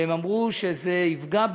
והם אמרו שזה יפגע בהם.